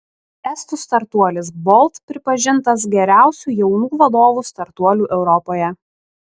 estų startuolis bolt pripažintas geriausiu jaunų vadovų startuoliu europoje